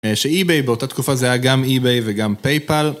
שאיביי באותה תקופה זה היה גם איביי וגם פייפאל.